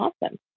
Awesome